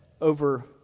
over